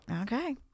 okay